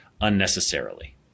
unnecessarily